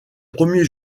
premier